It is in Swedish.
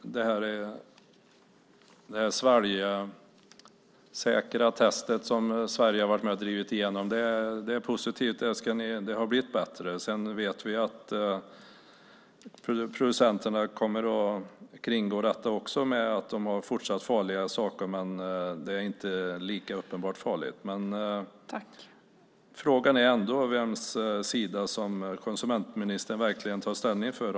Det svalgsäkerhetstest som Sverige har varit med och drivit igenom är positivt. Det har blivit bättre. Sedan vet vi att producenterna kommer att kringgå detta också genom att fortsätta att ha farliga saker, men de är inte lika uppenbart farliga. Frågan är ändå vems sida konsumentministern verkligen tar ställning för.